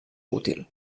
útil